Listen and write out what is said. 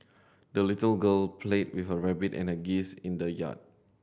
the little girl played with her rabbit and a geese in the yard